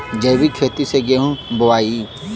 जैविक खेती से गेहूँ बोवाई